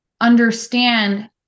understand